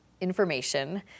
Information